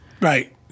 Right